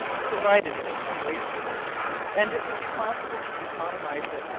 provided it was not wasted and it would be possible to economize it,